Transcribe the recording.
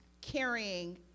carrying